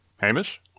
Hamish